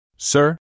Sir